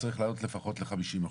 צריך להעלות לפחות ל-50%.